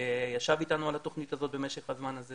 שישב איתנו על התוכנית הזו במשך הזמן הזה